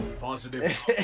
positive